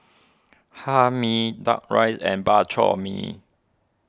Hae Mee Duck Rice and Bak Chor Mee